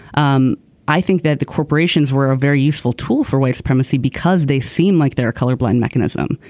um i think that the corporations were a very useful tool for white supremacy because they seem like they're a colorblind mechanism.